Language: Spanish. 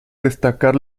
destacar